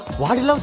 why did